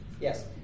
Yes